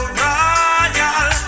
royal